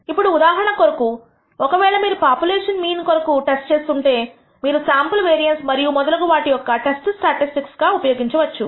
ఇప్పుడు ఉదాహరణ కొరకు ఒకవేళ మీరు పాపులేషన్ మీన్ కొరకు టెస్ట్ చేస్తుంటే మీరు శాంపుల్ వేరియన్స్ మరియు మొదలగు వాటిని టెస్ట్ స్టాటిస్టిక్ గా ఉపయోగించవచ్చు